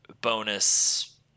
bonus